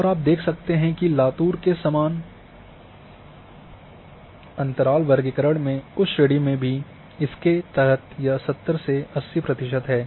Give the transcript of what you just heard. और आप देखते हैं कि लातूर में समान अंतराल वर्गीकरण में उस श्रेणी में भी इसके तहत यह 70 से 80 प्रतिशत है